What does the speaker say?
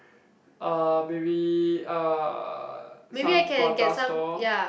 uh maybe uh some prata stall